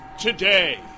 today